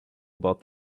about